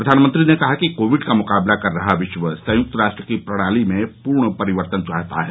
प्रधानमंत्री ने कहा कि कोविड का मुकाबला कर रहा विश्व संयुक्त राष्ट्र की प्रणाली में पूर्ण परिवर्तन चाहता है